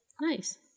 nice